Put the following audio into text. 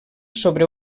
sobre